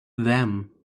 them